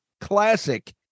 classic